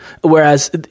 whereas